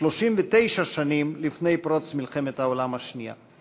ו-39 שנים לפני פרוץ מלחמת העולם השנייה.